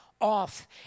off